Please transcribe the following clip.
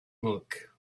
milk